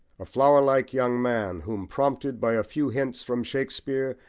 a flowerlike young man, whom, prompted by a few hints from shakespeare,